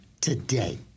today